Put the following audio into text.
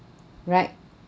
right